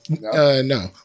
No